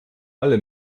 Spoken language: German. alle